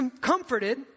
comforted